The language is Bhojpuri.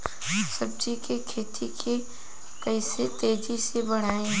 सब्जी के खेती के कइसे तेजी से बढ़ाई?